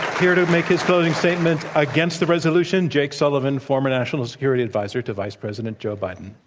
here to make his closing statement against the resolution, jake sullivan, former national security advisor to vice president joe biden.